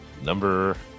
number